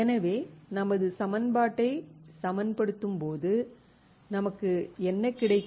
எனவே நமது சமன்பாட்டை சமப்படுத்தும்போது நமக்கு என்ன கிடைக்கும்